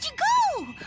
yeah go?